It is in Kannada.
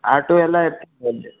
ಆಟೋ ಎಲ್ಲ ಇರ್ತದೆ ಅಲ್ಲಿ